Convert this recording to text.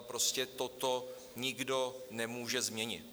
Prostě toto nikdo nemůže změnit.